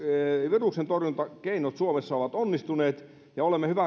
viruksentorjuntakeinot suomessa ovat onnistuneet ja olemme